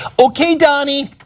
okay, donnie,